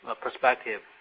perspective